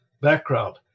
background